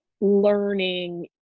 learning